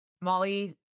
Molly